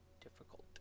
difficult